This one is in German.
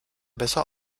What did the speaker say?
besser